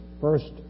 first